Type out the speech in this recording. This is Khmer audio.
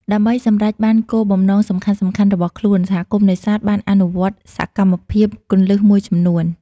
ដើម្បីសម្រេចបានគោលបំណងសំខាន់ៗរបស់ខ្លួន សហគមន៍នេសាទបានអនុវត្តសកម្មភាពគន្លឹះមួយចំនួន។